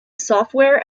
software